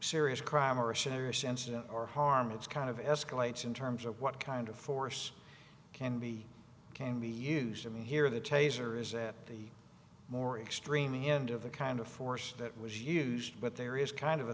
incident or harm it's kind of escalates in terms of what kind of force can be can be used i mean here the taser is at the more extreme end of the kind of force that was used but there is kind of a